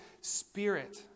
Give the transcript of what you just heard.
Spirit